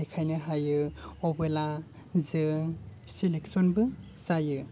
देखायनो हायो अबोला जों सिलेकसनबो जायो